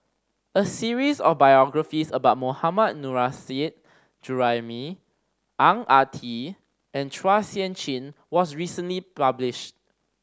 a series of biographies about Mohammad Nurrasyid Juraimi Ang Ah Tee and Chua Sian Chin was recently publish